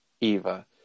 eva